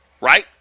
Right